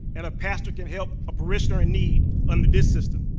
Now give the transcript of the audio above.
and a pastor can help a parishioner in need under this system.